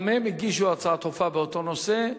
גם הם הגישו הצעה דחופה באותו נושא,